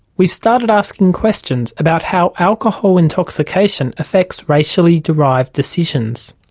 we've started asking questions about how alcohol intoxication affects racially derived decisions.